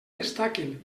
destaquen